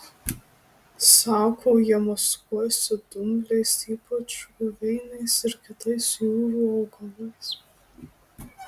sako jie maskuojasi dumbliais ypač guveiniais ir kitais jūrų augalais